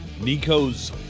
Nico's